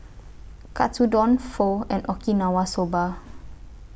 Katsudon Pho and Okinawa Soba